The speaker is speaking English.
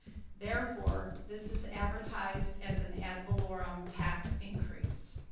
therefore this is advertised as an ad valorem tax increase.